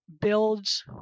builds